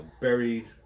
buried